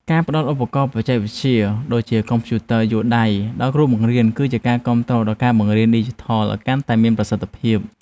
ការផ្តល់ឧបករណ៍បច្ចេកវិទ្យាដូចជាកុំព្យូទ័រយួរដៃដល់គ្រូបង្រៀនគឺជាការគាំទ្រដល់ការបង្រៀនឌីជីថលឱ្យកាន់តែមានប្រសិទ្ធភាព។